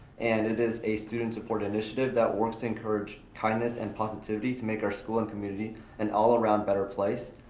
and it is a student support initiative that works to encourage kindness and positivity to make our school and community an all around better place.